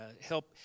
help